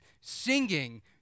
singing